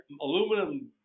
aluminum